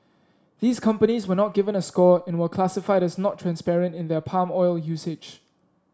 these companies were not given a score and were classified as not transparent in their palm oil usage